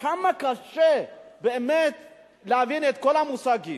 כמה קשה באמת להבין את כל המושגים.